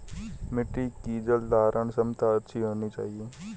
मिट्टी की जलधारण क्षमता अच्छी होनी चाहिए